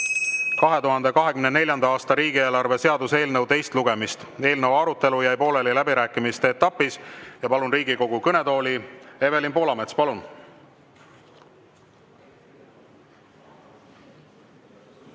2024. aasta riigieelarve seaduse eelnõu teist lugemist. Eelnõu arutelu jäi pooleli läbirääkimiste etapis. Palun Riigikogu kõnetooli Evelin Poolametsa. Palun!